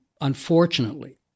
Unfortunately